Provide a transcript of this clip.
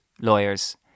lawyers